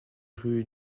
rue